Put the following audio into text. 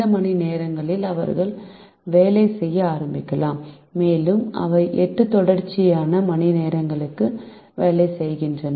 இந்த மணிநேரங்களில் அவர்கள் வேலை செய்ய ஆரம்பிக்கலாம் மேலும் அவை 8 தொடர்ச்சியான மணிநேரங்களுக்கு வேலை செய்கின்றன